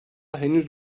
henüz